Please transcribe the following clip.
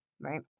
right